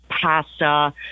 pasta